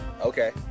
Okay